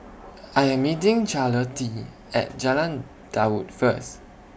I Am meeting Charlottie At Jalan Daud First